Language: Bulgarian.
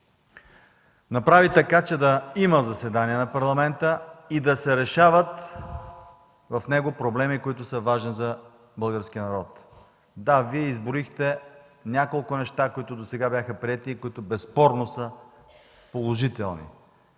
направи така, че да има заседания на парламента и да се решават в него проблеми, важни за българския народ. Вие изброихте няколко неща, които досега бяха приети и безспорно са положителни,